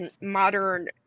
modern